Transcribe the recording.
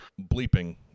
bleeping